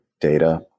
data